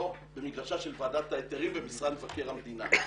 של ועדת ההיתרים במשרד מבקר המדינה.